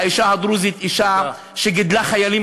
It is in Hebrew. האישה הדרוזית היא אישה שגידלה חיילים